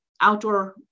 outdoor